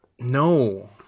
No